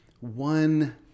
one